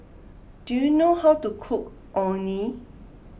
do you know how to cook Orh Nee